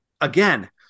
again